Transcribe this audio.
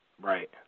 Right